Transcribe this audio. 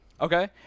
Okay